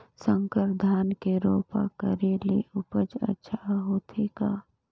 संकर धान के रोपा करे ले उपज अच्छा होथे का?